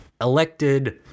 elected